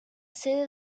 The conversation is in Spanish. sede